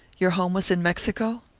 your home was in mexico?